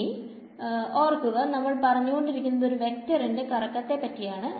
ഇനി ഓർക്കുക നമ്മൾ പറഞ്ഞുകൊണ്ടിരിക്കുന്നത് ഒരു വെക്ടറിന്റെ കറക്കത്തെ പറ്റിയാണ്